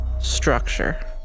structure